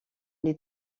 les